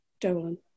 Dolan